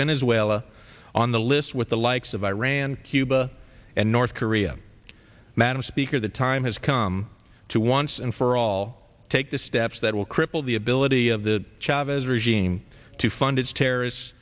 venezuela on the list with the likes of iran cuba and north korea madam speaker the time has come to once and for all take the steps that will cripple the ability of the chavez regime to fund its terrorists